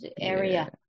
area